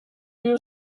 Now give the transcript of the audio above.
you